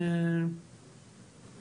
נמשיך לעקוב.